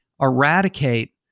eradicate